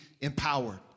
empowered